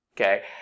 okay